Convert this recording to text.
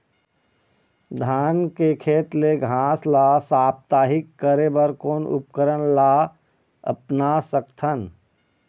धान के खेत ले घास ला साप्ताहिक करे बर कोन उपकरण ला अपना सकथन?